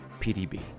PDB